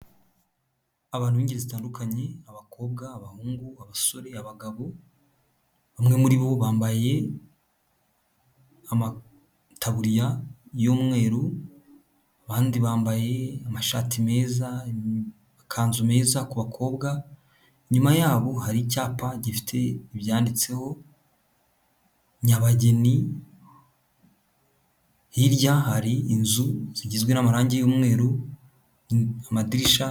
Abantu b'ingeri zitandukanye, abakobwa, abahungu, abasore, abagabo, bamwe muri bo bambaye amataburiya y'umweru, abandi bambaye amashati meza, amakanzu meza ku bakobwa, inyuma yabo hari icyapa gifite ibyanditseho Nyabageni, hirya hari inzu zigizwe n'amarange y'umweru, amadirisha.